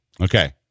Okay